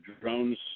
drones